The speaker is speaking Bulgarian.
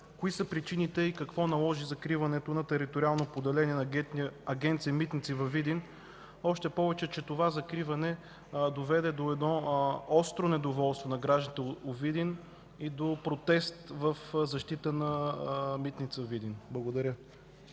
кои са причините и какво наложи закриването на териториалното поделение на Агенция „Митници” във Видин? Това закриване доведе до остро недоволство у гражданите на Видин и до протест в защита на Митница – Видин. Благодаря.